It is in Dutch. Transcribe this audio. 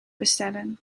bestellen